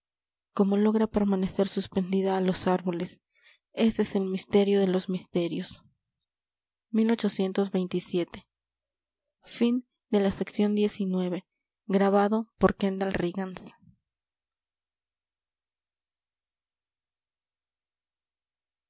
como logra permanecer suspendida a los árboles ese es el misterio de los misterios